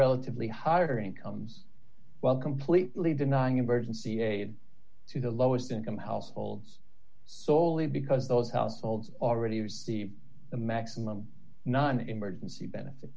relatively higher incomes while completely denying emergency aid to the lowest income households solely because those households already see the maximum non emergency benefits